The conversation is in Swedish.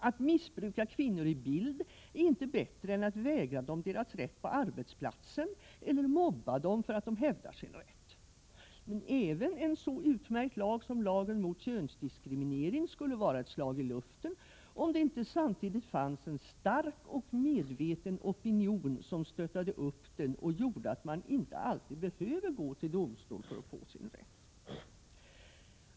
Att missbruka kvinnor i bild är inte bättre än att vägra dem deras rätt på arbetsplatsen eller att mobba dem för att de hävdar sin rätt. Men även en så utmärkt lag som lagen mot könsdiskriminering skulle vara ett slag i luften, om det inte samtidigt fanns en stark och medveten opinion som stöttade upp den och gjorde att man inte alltid behöver gå till domstol för att få sin rätt.